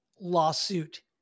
Lawsuit